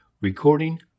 Recording